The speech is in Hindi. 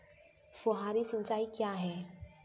फुहारी सिंचाई क्या है?